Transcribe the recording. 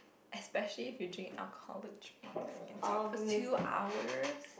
especially if you drink alcoholic drinks and talk for two hours